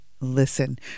listen